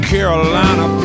Carolina